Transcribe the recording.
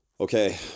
Okay